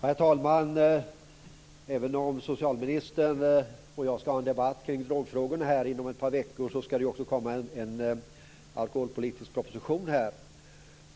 Herr talman! Även om socialministern och jag skall ha en debatt kring drogfrågorna om ett par veckor skall det också komma en alkoholpolitisk proposition.